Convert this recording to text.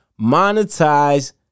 Monetize